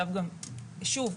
שוב,